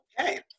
okay